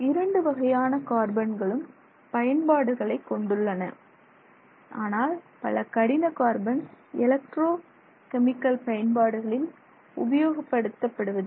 இரண்டு வகையான கார்பன்களும் பயன்பாடுகளைக் கொண்டுள்ளன ஆனால் பல கடின கார்பன் எலக்ட்ரோ கெமிக்கல் பயன்பாடுகளில் உபயோகப்படுத்தபடுவதில்லை